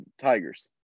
Tigers